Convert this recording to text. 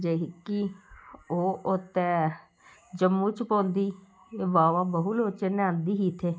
जेह्की ओह् ओत्त ऐ जम्मू च पौंदी एह् बाबा बहू लोचन ने आंदी ही इत्थें